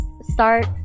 start